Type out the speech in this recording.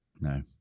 No